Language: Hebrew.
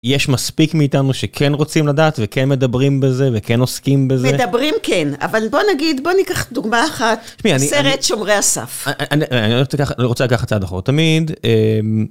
יש מספיק מאיתנו שכן רוצים לדעת וכן מדברים בזה וכן עוסקים בזה.. -מדברים, כן אבל בוא נגיד, בוא ניקח דוגמא אחת, סרט שומרי הסף.. -אני רוצה לקחת צעד אחורה